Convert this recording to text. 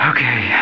Okay